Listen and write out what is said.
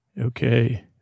Okay